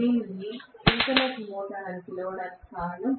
దీనిని synchronous motor అని పిలవడానికి కారణం